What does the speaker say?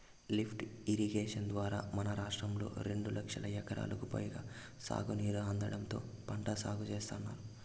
lift irrigation ద్వారా మన రాష్ట్రంలో రెండు లక్షల ఎకరాలకు పైగా సాగునీరు అందడంతో పంట సాగు చేత్తున్నారు